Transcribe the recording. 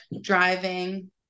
driving